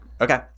Okay